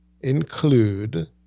include